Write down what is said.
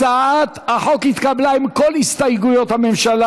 הצעת החוק התקבלה עם כל הסתייגויות הממשלה